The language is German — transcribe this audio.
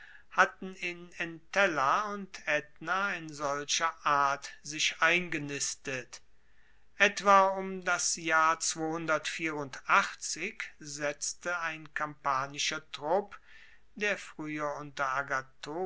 hatten in entella und aetna in solcher art sich eingenistet etwa um das jahr setzte ein kampanischer trupp der frueher unter